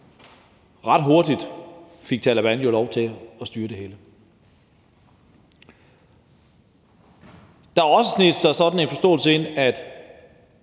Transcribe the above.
ret hurtigt fik Taleban jo lov til at styre det hele. Der har også sneget sig sådan en forståelse ind af,